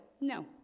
No